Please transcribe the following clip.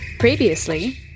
Previously